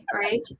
right